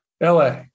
LA